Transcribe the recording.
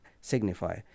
signify